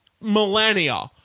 millennia